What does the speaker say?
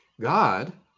God